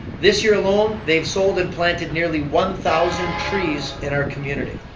this year alone, they've sold and planted nearly one thousand trees in our community.